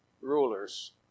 Rulers